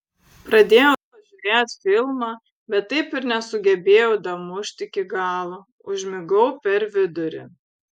pradėjau žiūrėt filmą bet taip ir nesugebėjau damušt iki galo užmigau per vidurį